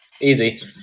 Easy